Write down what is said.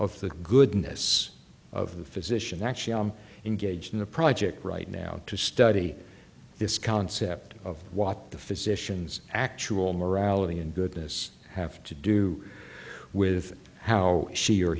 of the goodness of the physician actually engaged in the project right now to study this concept of what the physicians actual morality and goodness have to do with how she or